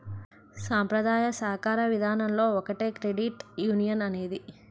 సాంప్రదాయ సాకార విధానంలో ఒకటే క్రెడిట్ యునియన్ అనేది